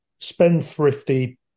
spendthrifty